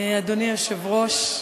אדוני היושב-ראש,